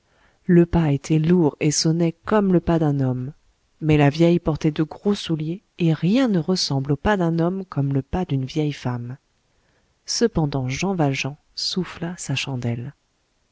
le pas était lourd et sonnait comme le pas d'un homme mais la vieille portait de gros souliers et rien ne ressemble au pas d'un homme comme le pas d'une vieille femme cependant jean valjean souffla sa chandelle